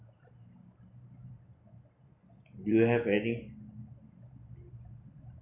do you have any